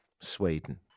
Sweden